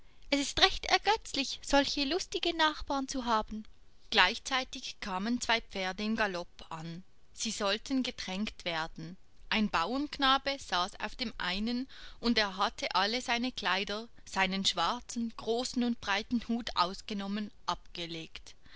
es ist recht ergötzlich solche lustige nachbarn zu haben gleichzeitig kamen zwei pferde im galopp an sie sollten getränkt werden ein bauernknabe saß auf dem einen und er hatte alle seine kleider seinen schwarzen großen und breiten hut ausgenommen abgelegt